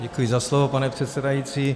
Děkuji za slovo, pane předsedající.